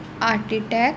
architect